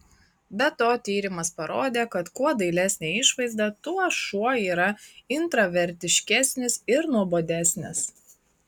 be to tyrimas parodė kad kuo dailesnė išvaizda tuo šuo yra intravertiškesnis ir nuobodesnis